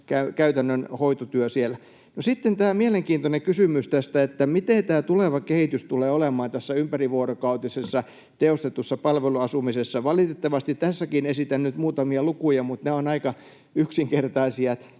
käytännön hoitotyö siellä. No, sitten tämä mielenkiintoinen kysymys tästä, millainen tämä tuleva kehitys tulee olemaan tässä ympärivuorokautisessa tehostetussa palveluasumisessa. Valitettavasti tässäkin esitän nyt muutamia lukuja, mutta ne ovat aika yksinkertaisia.